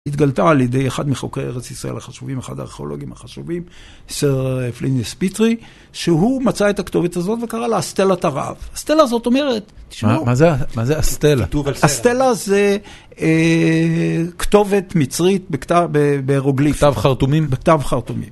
התגלתה על ידי אחד מחוקרי ארץ ישראל החשובים, אחד הארכיאולוגים החשובים, שר פליניס פיטרי, שהוא מצא את הכתובת הזאת וקרא לה אסטלת ערב. האסטלה הזאת אומרת, תשמעו. מה זה אסטלה? אסטלה זה כתובת מצרית בהרוגליפים. כתב חרטומים? בכתב חרטומים.